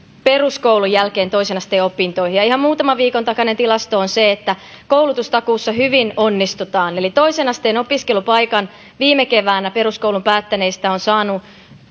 peruskoulun jälkeen toisen asteen opintoihin ja ihan muutaman viikon takainen tilasto on se että koulutustakuussa hyvin onnistutaan eli toisen asteen opiskelupaikan viime keväänä peruskoulun päättäneistä on saanut